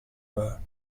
her